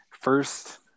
first